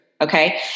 Okay